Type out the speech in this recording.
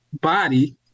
body